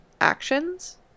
actions